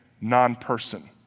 non-person